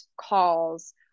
calls